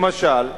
למשל,